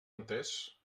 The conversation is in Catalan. entès